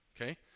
Okay